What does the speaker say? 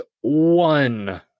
one